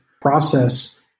process